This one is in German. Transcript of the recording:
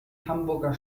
hamburger